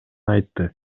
айтты